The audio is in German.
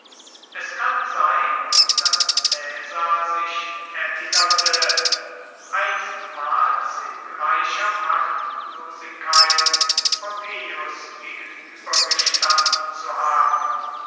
es kann sein daß caesar sich erinnerte einstmals in gleicher machtlosigkeit pompeius gegenübergestanden zu haben